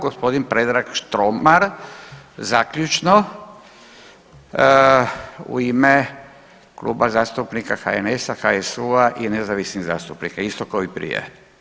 Gospodin Predrag Štromar zaključno u ime Kluba zastupnika HNS-a, HSU-a i nezavisnih zastupnika isto ko i prije.